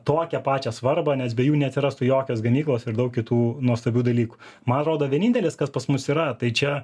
tokią pačią svarbą nes be jų neatsirastų jokios gamyklos ir daug kitų nuostabių dalykų man atrodo vienintelis kas pas mus yra tai čia